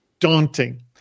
daunting